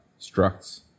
structs